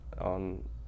on